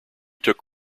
took